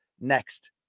next